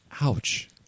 Ouch